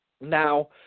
Now